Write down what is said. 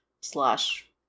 slash